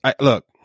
look